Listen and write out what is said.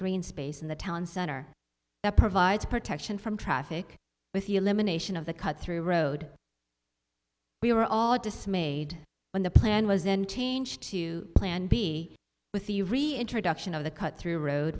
green space in the town center that provides protection from traffic with the elimination of the cut through road we were all dismayed when the plan was then changed to plan b with the reintroduction of the cut through a road